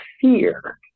fear